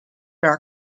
are